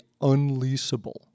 unleasable